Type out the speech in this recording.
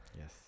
Yes